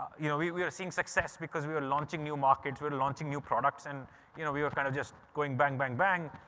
you know we we are seeing success because we are launching new market, we are launching new products and you know we were kind of just going bang, bang, bang.